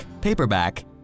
paperback